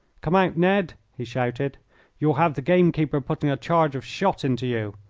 come out, ned! he shouted you'll have the game-keeper putting a charge of shot into you.